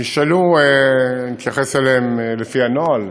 הן נשאלו, אני אתייחס אליהן לפי הנוהל.